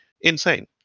insane